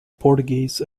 portuguese